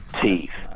teeth